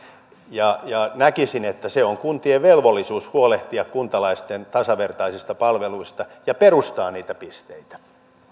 ja näkisin että on kuntien velvollisuus huolehtia kuntalaisten tasavertaisista palveluista ja perustaa niitä pisteitä